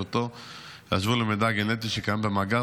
שאותו ישוו למידע גנטי שקיים במאגר,